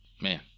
Man